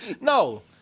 No